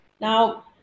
Now